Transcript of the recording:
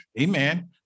Amen